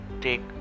take